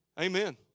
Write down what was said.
Amen